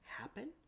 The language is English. happen